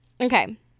Okay